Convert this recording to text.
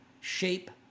shape